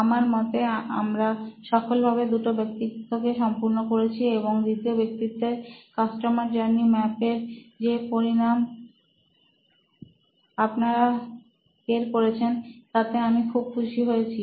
আমার মতে আমরা সফলভাবে দুটো ব্যক্তিত্বও সম্পূর্ণ করেছি এবং দ্বিতীয় ব্যক্তিত্বের কাস্টমার জার্নি ম্যাপের যে পরিণাম আপনারা বের করেছেন তাতে আমি খুব খুশি হয়েছি